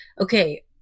Okay